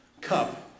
cup